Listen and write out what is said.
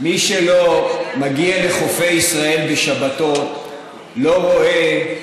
מי שלא מגיע לחופי ישראל בשבתות לא רואה,